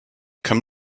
come